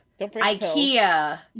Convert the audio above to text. Ikea